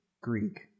Greek